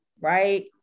right